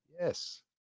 Yes